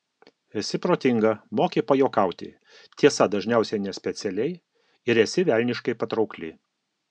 esi protinga moki pajuokauti tiesa dažniausiai nespecialiai ir esi velniškai patraukli